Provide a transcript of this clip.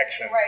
right